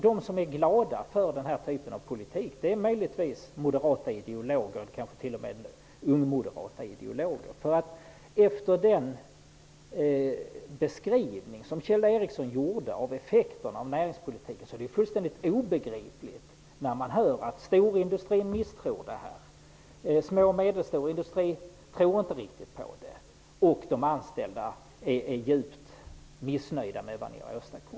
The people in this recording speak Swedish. De som är glada för den här typen av politik är möjligtvis moderata ideologer, kanske till och med ungmoderata ideologer. Den beskrivning som Kjell Ericsson gjorde av effekterna av näringspolitiken är fullständigt obegriplig när man hör att storindustrin misstror detta, att små och medelstora företag inte riktigt tror på det och att de anställda är djupt missnöjda med det ni har åstadkommit.